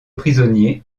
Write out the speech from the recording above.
prisonniers